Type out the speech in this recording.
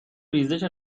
ریزش